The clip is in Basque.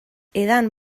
edan